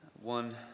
one